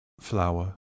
flower